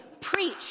preach